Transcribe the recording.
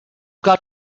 got